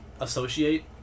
associate